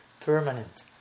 permanent